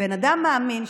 וכבן אדם מאמין,